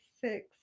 six